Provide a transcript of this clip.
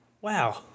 wow